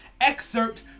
excerpt